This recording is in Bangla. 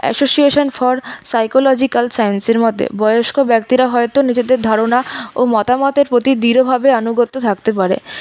অ্যাসোসিয়েশন ফর সাইকোলজিক্যাল সাইন্সের মতে বয়স্ক ব্যক্তিরা হয়তো নিজেদের ধারনা ও মতামতের প্রতি দৃঢ়ভাবে আনুগত্য থাকতে পারে